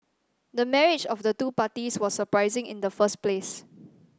the marriage of the two parties was surprising in the first place